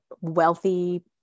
wealthy